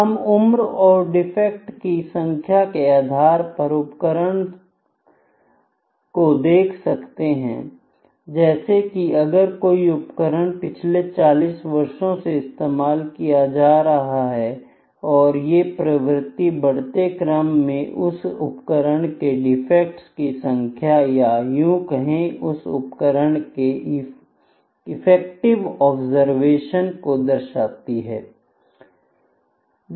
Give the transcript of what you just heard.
हम उम्र और डिफेक्ट की संख्या के आधार पर उपकरण करो देख सकते हैं जैसे कि अगर कोई उपकरण पिछले 40 वर्षों से इस्तेमाल किया जा रहा है और ये प्रवृत्ति बढ़ते क्रम में उस उपकरण के डिफेक्ट की संख्या या यूं कहें उस उपकरण के इस एक्टिव ऑब्सेर्वशन्स को दर्शाती है